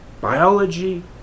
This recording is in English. biology